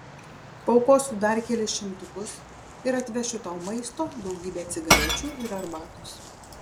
paaukosiu dar kelis šimtukus ir atvešiu tau maisto daugybę cigarečių ir arbatos